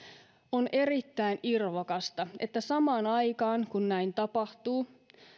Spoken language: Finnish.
on erittäin irvokasta että samaan aikaan kun näin tapahtuu